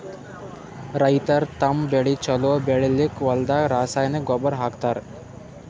ರೈತರ್ ತಮ್ಮ್ ಬೆಳಿ ಛಲೋ ಬೆಳಿಲಿಕ್ಕ್ ಹೊಲ್ದಾಗ ರಾಸಾಯನಿಕ್ ಗೊಬ್ಬರ್ ಹಾಕ್ತಾರ್